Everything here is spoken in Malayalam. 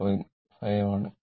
5 ആണ്